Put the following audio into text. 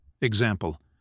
Example